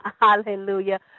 Hallelujah